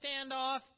standoff